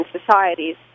societies